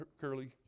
curly